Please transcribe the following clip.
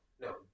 No